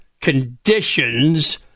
Conditions